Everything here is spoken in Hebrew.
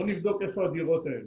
בוא נבדוק איפה הדירות האלה: